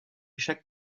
chaque